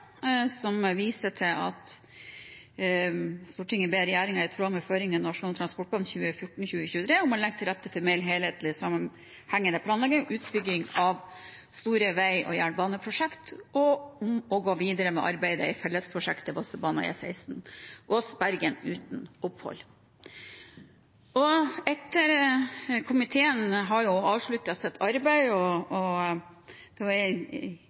ber regjeringen, i tråd med føringene i Nasjonal transportplan 2014–2023, om å legge til rette for mer sammenhengende planlegging og utbygging av større veg- og jernbaneprosjekter og om å gå videre med arbeidet i «Fellesprosjektet Vossebanen og E16 Voss–Bergen» uten opphold.» Komiteen har avsluttet sitt arbeid, og